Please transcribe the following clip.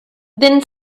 then